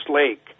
lake